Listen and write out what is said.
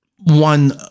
one